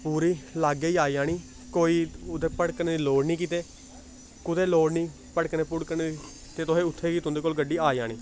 पूरी लाग्गै गै आई जानी कोई उत्थै भड़कने दी लोड़ निं कितै कुतै लोड़ निं भड़कने भुड़कने दी ते तुसें उत्थै गै तुं'दे कोल गड्डी आ जानी